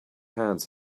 hands